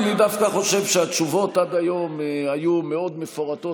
אני חושב שעד היום התשובות היו מאוד מפורטות.